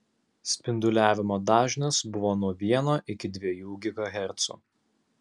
spinduliavimo dažnis buvo nuo vieno iki dviejų gigahercų